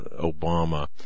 Obama